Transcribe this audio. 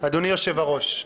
אדוני יושב-הראש,